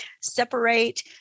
separate